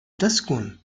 تسكن